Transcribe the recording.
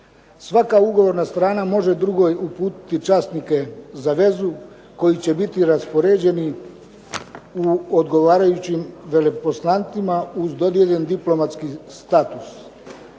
Svaka ugovorna strana može drugoj uputiti časnike za vezu koji će biti raspoređeni u odgovarajućim veleposlanstvima, uz dodijeljen diplomatski status.